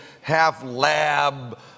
half-lab